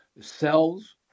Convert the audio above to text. cells